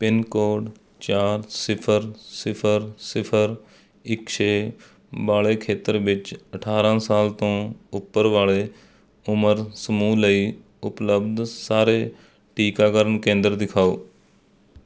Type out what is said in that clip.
pin code ਚਾਰ ਸਿਫਰ ਸਿਫਰ ਸਿਫਰ ਇੱਕ ਛੇ ਵਾਲੇ ਖੇਤਰ ਵਿੱਚ ਅਠਾਰਾਂ ਸਾਲ ਤੋਂ ਉੱਪਰ ਵਾਲੇ ਉਮਰ ਸਮੂਹ ਲਈ ਉਪਲਬਧ ਸਾਰੇ ਟੀਕਾਕਰਨ ਕੇਂਦਰ ਦਿਖਾਓ